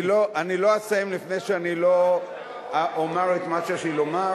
אני לא אסיים לפני שאני אומר את מה שיש לי לומר,